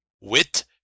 wit